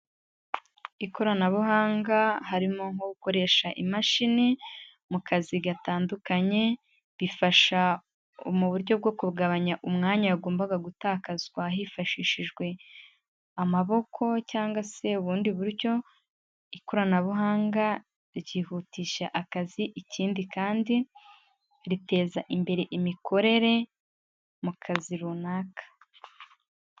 Ikoranabuhanga harimo nko gukoresha imashini mu kazi gatandukanye, bifasha mu buryo bwo kugabanya umwanya wagombaga gutakazwa hifashishijwe amaboko cyangwa se ubundi buryo, ikoranabuhanga ryihutisha akazi, ikindi kandi, riteza imbere imikorere mu kazi runaka.